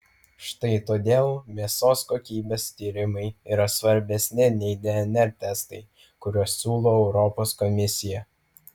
štai todėl mėsos kokybės tyrimai yra svarbesni nei dnr testai kuriuos siūlo europos komisija